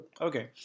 Okay